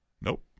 Nope